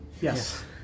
Yes